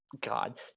God